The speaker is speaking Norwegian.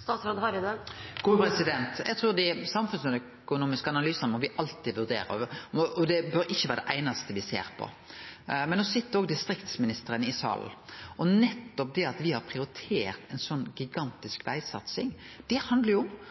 Eg trur at dei samfunnsøkonomiske analysane må me alltid vurdere, det bør ikkje vere det einaste me ser på. No sit òg distriktsministeren i salen, og nettopp det at me har prioritert ei slik gigantisk vegsatsing, handlar om at det er noko av det Distrikts-Noreg først og fremst ber om.